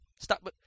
Stop